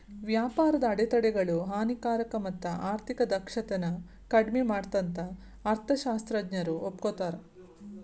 ವ್ಯಾಪಾರದ ಅಡೆತಡೆಗಳು ಹಾನಿಕಾರಕ ಮತ್ತ ಆರ್ಥಿಕ ದಕ್ಷತೆನ ಕಡ್ಮಿ ಮಾಡತ್ತಂತ ಅರ್ಥಶಾಸ್ತ್ರಜ್ಞರು ಒಪ್ಕೋತಾರ